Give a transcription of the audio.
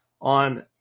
on